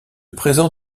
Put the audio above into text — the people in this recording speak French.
présent